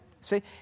See